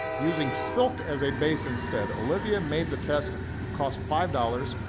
using silk as a base instead, olivia made the test cost five dollars,